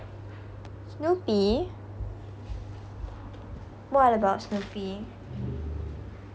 snoopy what about snoopy